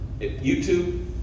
YouTube